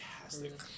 fantastic